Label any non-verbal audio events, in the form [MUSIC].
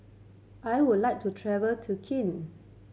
I would like to travel to [UNINTELLIGIBLE]